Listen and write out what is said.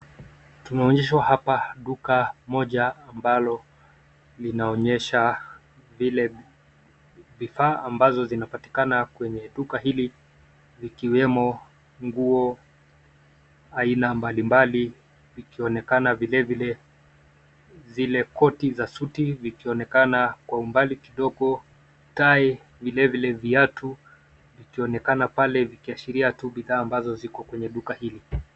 Tumeonyeshwa hapa duka moja ambalo linaonyesha vile vifaa ambazo zinapatikana kwenye duka hili, likiwemo nguo aina mbalimbali, ikionekana vilevile, zile koti za suti zikionekana kwa umbali kidogo, tai, vile vile viatu ikionekana pale, vikiashiria tu bidhaa ambazo ziko kwenye duka hili.